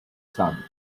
sun